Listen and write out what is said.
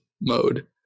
mode